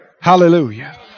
Hallelujah